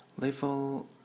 level